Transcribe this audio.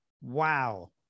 wow